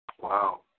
Wow